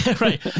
Right